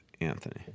Anthony